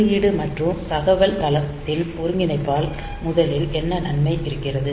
குறியீடு மற்றும் தகவல் தளத்தின் ஒருங்கிணைப்பால் முதலில் என்ன நன்மை இருக்கிறது